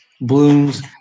blooms